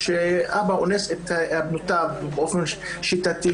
כשאבא אונס את בנותיו באופן שיטתי